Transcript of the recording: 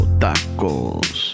tacos